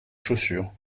chaussures